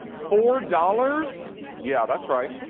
four dollars yeah, that's right.